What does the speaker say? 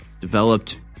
developed